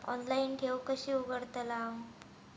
Online ठेव कशी उघडतलाव?